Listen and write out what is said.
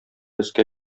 өскә